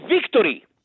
victory